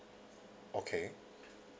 okay